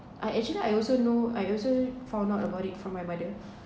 I actually I also know I also found out about it from my mother